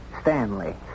Stanley